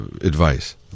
advice